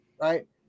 right